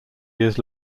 years